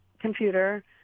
computer